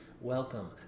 Welcome